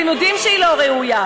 אתם יודעים שהיא לא ראויה.